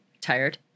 Tired